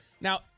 Now